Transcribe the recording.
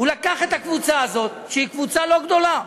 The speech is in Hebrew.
הוא לקח את הקבוצה הזאת, שהיא קבוצה לא גדולה,